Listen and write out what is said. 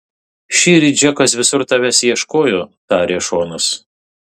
šįryt džekas visur tavęs ieškojo tarė šonas